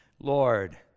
Lord